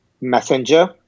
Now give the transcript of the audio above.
Messenger